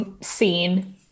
scene